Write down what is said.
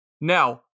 Now